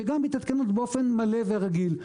וגם הן מתעדכנות באופן מלא ורגיל.